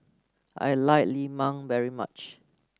I like Lemang very much